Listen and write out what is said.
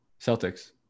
Celtics